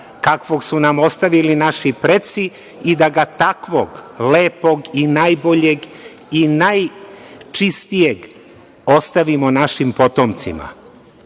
kakvog su nam ostavili naši preci i da ga takvog lepog i najboljeg i najčistijeg ostavimo našim potomcima. Šta